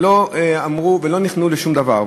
ולא אמרו ולא נכנעו לשום דבר.